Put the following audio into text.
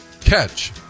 catch